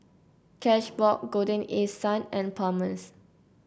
Cashbox Golden East Sun and Palmer's